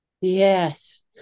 yes